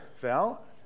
Val